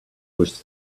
was